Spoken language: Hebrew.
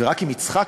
ורק אם יצחק,